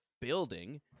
Building